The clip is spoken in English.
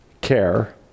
Care